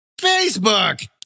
Facebook